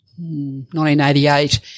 1988